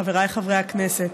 חבריי חברי הכנסת,